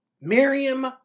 Miriam